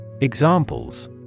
Examples